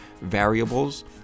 variables